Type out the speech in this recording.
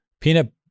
peanut